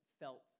felt